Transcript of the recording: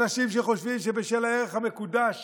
אנשים שחושבים שבשל הערך המקודש